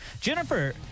Jennifer